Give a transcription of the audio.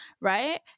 right